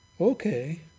Okay